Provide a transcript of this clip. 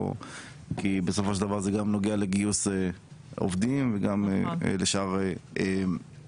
כי בסופו של דבר זה גם נוגע לגיוס עובדים וגם לשאר ההשקעות.